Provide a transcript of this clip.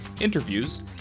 interviews